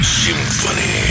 symphony